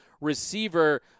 receiver